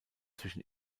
zwischen